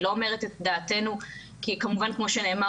אני לא אומרת את דעתנו כי כמובן כמו שנאמר